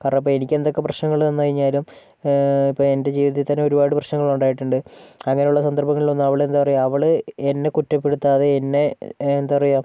കാരണം ഇപ്പോൾ എനിക്കെന്തൊക്കെ പ്രശ്നങ്ങള് വന്ന് കഴിഞ്ഞാലും ഇപ്പോൾ എൻ്റെ ജീവിതത്തിൽ തന്നെ ഒരു പാട് പ്രശ്നങ്ങൾ ഉണ്ടായിട്ടുണ്ട് അങ്ങനെയുള്ള സന്ദർഭങ്ങളിലൊന്നും അവൾ എന്താ പറയുക അവള് എന്നെ കുറ്റപ്പെടുത്താതെ എന്നെ എന്താ പറയുക